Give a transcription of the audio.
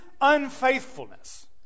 unfaithfulness